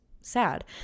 sad